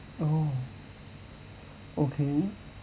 oh okay